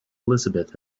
elizabeth